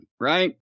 right